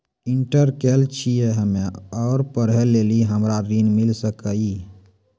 Inter केल छी हम्मे और पढ़े लेली हमरा ऋण मिल सकाई?